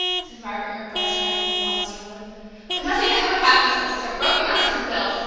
said margaret, her breast rising and falling stormily but nothing ever happens to us except broken arms, and bills,